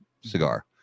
cigar